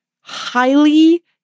highly